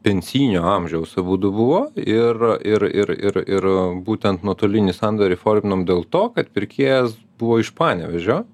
pensijinio amžiaus abudu buvo ir ir ir ir ir būtent nuotolinį sandorį forminom dėl to kad pirkėjas buvo iš panevėžio